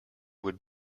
would